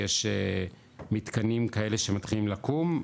שיש מתקנים כאלה שמתחילים לקום,